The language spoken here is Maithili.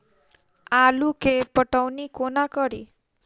आलु केँ पटौनी कोना कड़ी?